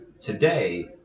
Today